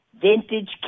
Vintage